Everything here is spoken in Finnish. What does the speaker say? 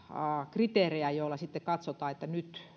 kriteerejä joilla sitten katsotaan että nyt